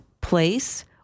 place